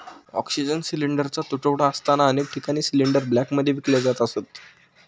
oxygen सिलिंडरचा तुटवडा असताना अनेक ठिकाणी सिलिंडर ब्लॅकमध्ये विकले जात असत